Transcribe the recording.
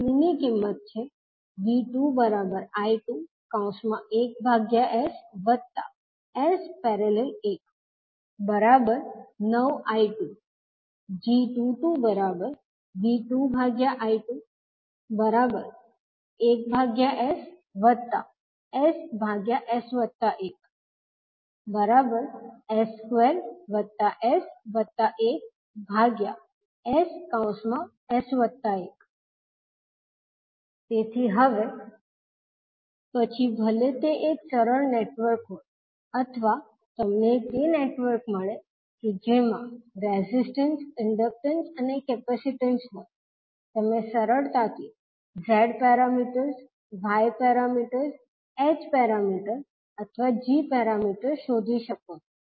V2 ની કિંમત છે V2I21ss||19I2 તેથી હવે પછી ભલે તે એક સરળ નેટવર્ક હોય અથવા તમને તે નેટવર્ક મળે કે જેમાં રેઝિસ્ટન્સ ઈન્ડક્ટન્સ અને કેપેસિટન્સ હોય તમે સરળતાથી z parameters y parameters h parameters અથવા g પેરામીટર્સ શોધી શકો છો